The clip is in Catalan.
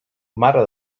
mare